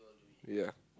ya